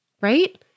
Right